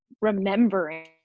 remembering